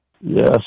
Yes